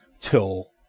till